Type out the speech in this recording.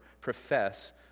profess